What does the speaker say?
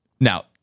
Now